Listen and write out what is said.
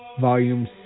Volume